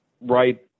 right –